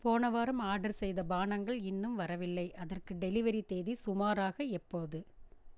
போன வாரம் ஆர்டர் செய்த பானங்கள் இன்னும் வரவில்லை அதற்கு டெலிவரி தேதி சுமாராக எப்போது